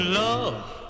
love